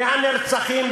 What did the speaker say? מהנרצחים,